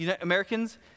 Americans